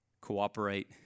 cooperate